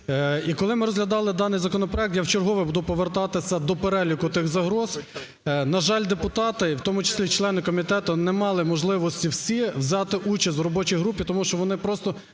І, коли ми розглядали даний законопроект, я вчергове буду повертатися до переліку тих загроз. На жаль, депутати, і в тому числі члени комітету, не мали можливості всі взяти участь в робочій групі, тому що вони просто